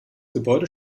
gebäude